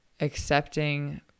Accepting